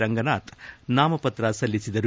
ರಂಗನಾಥ್ ನಾಮಪತ್ರ ಸಲ್ಲಿಸಿದರು